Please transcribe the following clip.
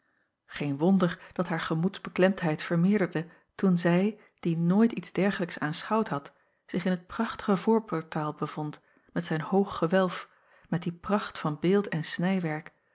geen wonder dat haar gemoedsbeklemdheid vermeerderde toen zij die nooit iets dergelijks aanschouwd had zich in het prachtige voorportaal bevond met zijn hoog gewelf met die pracht van beeld en snijwerk